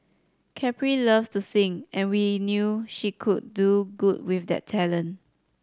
Capri loves to sing and we knew she could do good with that talent